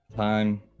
Time